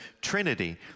Trinity